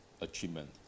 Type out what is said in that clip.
achievement